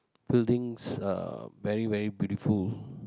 buildings are very very beautiful